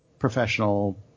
Professional